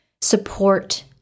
support